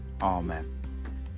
amen